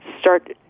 start